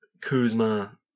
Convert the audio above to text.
Kuzma